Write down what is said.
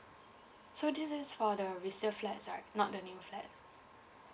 so this is for the resale flats right not the new flats